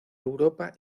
europa